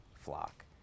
flock